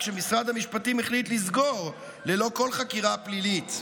שמשרד המשפטים החליט לסגור ללא כל חקירה פלילית.